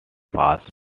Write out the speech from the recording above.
past